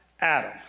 Adam